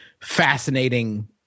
fascinating